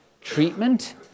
treatment